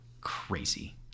crazy